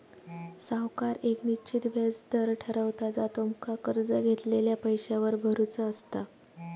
सावकार येक निश्चित व्याज दर ठरवता जा तुमका कर्ज घेतलेल्या पैशावर भरुचा असता